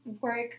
work